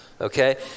Okay